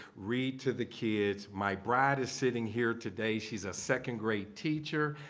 read to the kids. my bride is sitting here today. she's a second grade teacher.